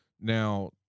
now